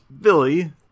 billy